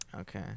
Okay